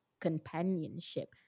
companionship